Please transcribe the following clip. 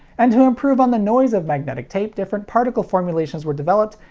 and to improve on the noise of magnetic tape, different particle formulations were developed,